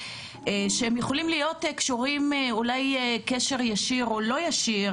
שהם יכולים להיות קשורים אולי קשר ישיר או לא ישיר,